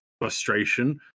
frustration